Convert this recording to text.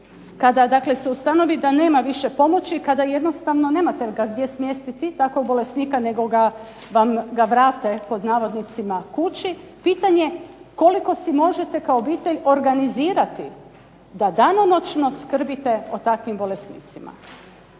dakle se ustanovi da nema više pomoći, kada jednostavno nemate ga gdje smjestiti, takvog bolesnika, nego vam ga vrate pod navodnicima kući, pitanje koliko si možete kao obitelj organizirati da danonoćno skrbite o takvim bolesnicima.